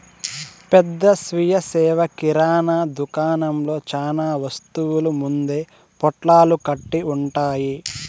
పెద్ద స్వీయ సేవ కిరణా దుకాణంలో చానా వస్తువులు ముందే పొట్లాలు కట్టి ఉంటాయి